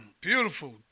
Beautiful